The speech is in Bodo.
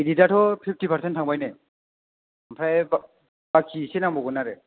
एडिटआथ' फिफ्टि पारसेन्ट थांबाय नै ओमफ्राय बाखि एसे नांबावगोन आरो